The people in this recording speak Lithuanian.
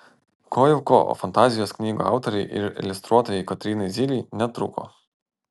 ko jau ko o fantazijos knygų autorei ir iliustruotojai kotrynai zylei netrūko